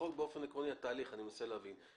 אני מנסה להבין את התהליך.